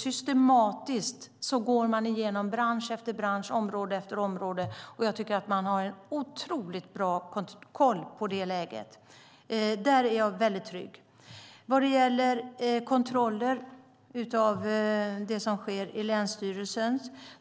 Systematiskt går man igenom bransch efter bransch och område efter område. Jag tycker att man har en otroligt bra koll på läget. Där är jag väldigt trygg. Vad gäller kontroller av det som sker i länsstyrelsen